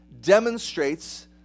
demonstrates